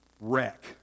wreck